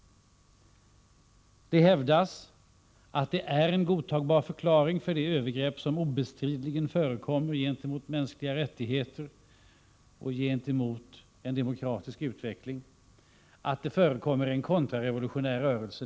Det hävdas att det är en godtagbar förklaring för de övergrepp som obestridligen förekommer mot mänskliga rättigheter och mot en demokratisk utveckling, att det finns en kontrarevolutionär rörelse.